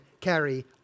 carry